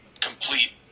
complete